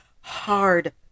hard